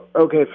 Okay